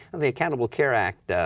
the accountable care act, ah